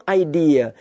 idea